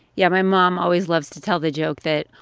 yeah. my mom always loves to tell the joke that,